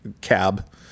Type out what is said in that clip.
cab